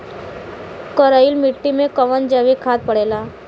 करइल मिट्टी में कवन जैविक खाद पड़ेला?